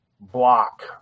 block